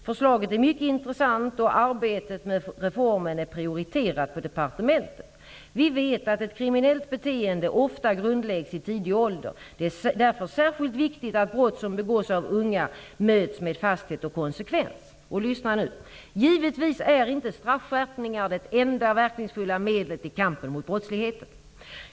Förslaget är mycket intressant, och arbetet med reformen är prioriterat på departementet. Vi vet att ett kriminellt beteende ofta grundläggs i tidig ålder. Det är därför särskilt viktigt att brott som begås av unga möts med fasthet och konsekvens. Givetvis är inte straffskärpningar det enda verkningsfulla medlet i kampen mot brottsligheten.